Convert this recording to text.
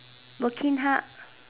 working hard